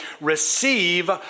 receive